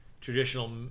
traditional